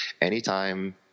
anytime